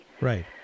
Right